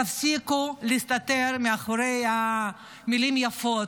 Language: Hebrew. תפסיקו להסתתר מאחורי המילים היפות,